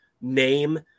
name